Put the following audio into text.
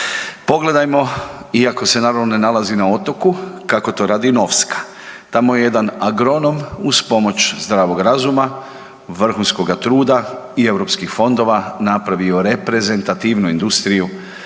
Pogledajmo, iako se naravno ne nalazi na otoku, kako to radi Novska. Tamo je jedan agronom uz pomoć zdravog razuma, vrhunskoga truda i europskih fondova napravio reprezentativnu industriju